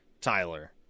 Tyler